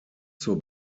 zur